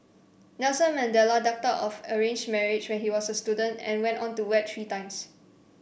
Nelson Mandela ducked out of an arranged marriage when he was a student and went on to wed three times